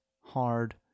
hard